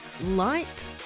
light